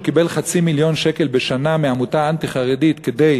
קיבל חצי מיליון שקל בשנה מעמותה אנטי-חרדית כדי